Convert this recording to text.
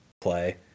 play